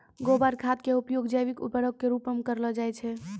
गोबर खाद के उपयोग जैविक उर्वरक के रुपो मे करलो जाय छै